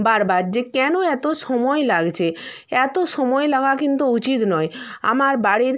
বারবার যে কেন এতো সময় লাগছে এতো সময় লাগা কিন্তু উচিত নয় আমার বাড়ির